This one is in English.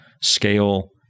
scale